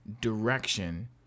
direction